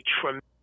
tremendous